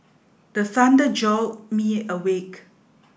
the thunder jolt me awake